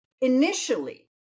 Initially